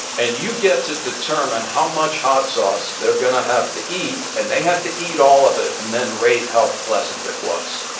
and you get to determine how much hot sauce they're going to have to eat. and they have to eat all of it, and then rate how pleasant it was.